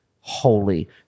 holy